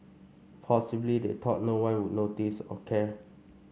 possibly they thought no one would notice or care